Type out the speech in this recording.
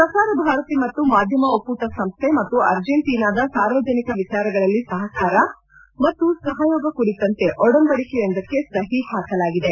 ಪ್ರಸಾರ ಭಾರತಿ ಹಾಗೂ ಮಾಧ್ಯಮದ ಒಕ್ಕೂಟ ವ್ಯವಸ್ಥೆ ಮತ್ತು ಅರ್ಜಿಂಟೀನಾದ ಸಾರ್ವಜನಿಕ ವಿಚಾರಗಳಲ್ಲಿ ಸಹಕಾರ ಮತ್ತು ಸಹಯೋಗ ಕುರಿತಂತೆ ಒಡಂಬಡಿಕೆವೊಂದಕ್ಕೆ ಸಹಿ ಹಾಕಲಾಗಿದೆ